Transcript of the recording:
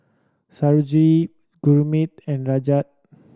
Sarojini Gurmeet and Rajat